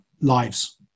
lives